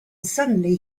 suddenly